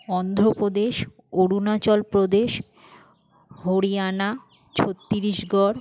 Andhra Pradesh Arunachal Pradesh Haryana Chhattisgarh